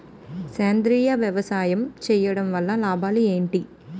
సేంద్రీయ వ్యవసాయం చేయటం వల్ల లాభాలు ఏంటి?